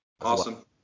Awesome